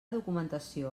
documentació